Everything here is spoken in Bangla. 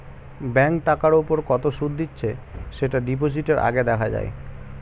ব্যাঙ্ক টাকার উপর কত সুদ দিচ্ছে সেটা ডিপোজিটের আগে দেখা যায়